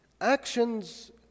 actions